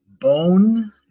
bone